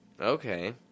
Okay